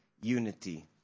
unity